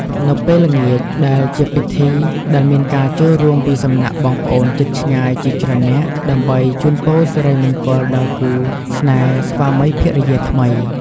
នៅពេលល្ងាចដែលជាពិធីដែលមានការចូលរួមពីសំណាក់បងប្អូនជិតឆ្ងាយជាច្រើននាក់ ដើម្បីជូនពរសិរីមង្គលដល់គូរស្នេហ៍ស្វាមីភរិយាថ្មី។